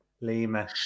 Lima